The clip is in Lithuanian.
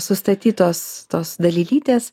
sustatytos tos dalelytės